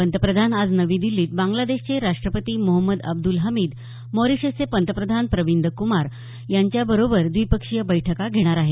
पंतप्रधान आज नवी दिल्लीत बांग्लादेशचे राष्ट्रपती मोहम्मद अब्दुल हामिद मॉरिशसचे पंतप्रधान प्रविन्द कुमार जगनॉथ यांच्याबरोबर द्विपक्षीय बैठका घेणार आहेत